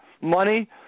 money